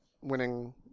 winning